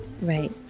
Right